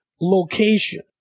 location